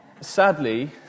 Sadly